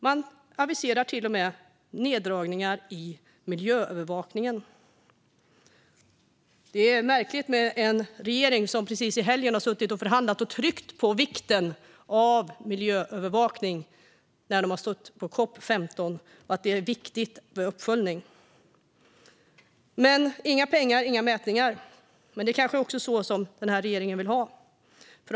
Man aviserar till och med neddragningar i miljöövervakningen. Det är märkligt att denna regering i helgen satt och förhandlade och tryckte på vikten av miljöövervakning och uppföljning när man var på COP 15. Utan pengar blir det inga mätningar, men det är kanske så den här regeringen vill ha det.